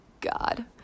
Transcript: God